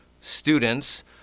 students